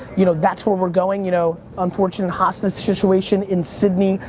you know, that's where we're going. you know, unfortunate hostage situation in sydney,